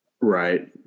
Right